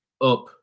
up